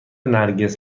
نرگس